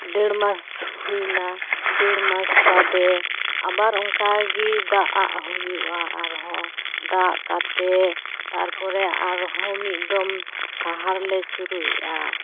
ᱰᱮᱲᱢᱟᱥ ᱦᱩᱭᱮᱱᱟ ᱰᱮᱲᱢᱟᱥ ᱵᱟᱫᱮ ᱟᱵᱟᱨ ᱚᱱᱠᱟ ᱜᱮ ᱫᱟᱜ ᱟᱜ ᱦᱩᱭᱩᱜᱼᱟ ᱟᱨᱦᱚᱸ ᱫᱟᱜ ᱠᱟᱛᱮ ᱛᱟᱨᱯᱚᱨᱮ ᱟᱨᱦᱚᱸ ᱢᱤᱫ ᱫᱚᱢ ᱥᱟᱦᱟᱨ ᱞᱮ ᱪᱩᱨᱩᱡ ᱟᱜᱼᱟ